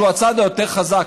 שהוא הצד היותר-חזק.